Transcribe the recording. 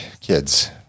kids